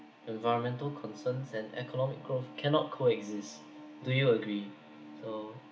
environmental concerns and economic growth cannot coexist do you agree so